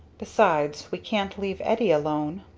besides we can't leave eddie alone.